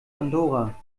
andorra